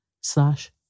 slash